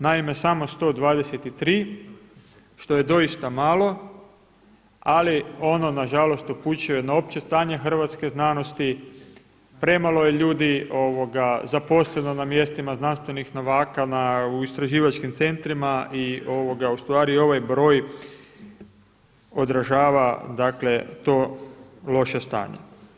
Naime, samo 123 što je doista malo, ali ono nažalost upućuje na opće stanje hrvatske znanosti, premalo je ljudi zaposleno na mjestima znanstvenih novaka u istraživačkim centrima i ovaj broj odražava to loše stanje.